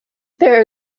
there